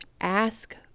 ask